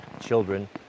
children